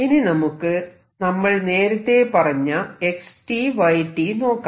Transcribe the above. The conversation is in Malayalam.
ഇനി നമുക്ക് നമ്മൾ നേരത്തെ പറഞ്ഞ X Y നോക്കാം